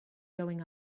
going